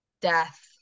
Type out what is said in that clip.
death